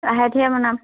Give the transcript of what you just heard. লাহে ধীৰে বনাম